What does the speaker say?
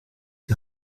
die